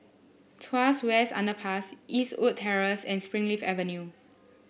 Tuas West Underpass Eastwood Terrace and Springleaf Avenue